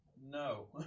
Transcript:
No